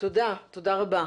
תודה רבה.